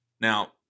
Now –